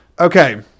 Okay